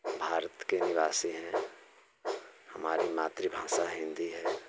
भारत के निवासी हैं हमारी मातृ भाषा हिन्दी है